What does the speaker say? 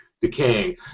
decaying